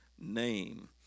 name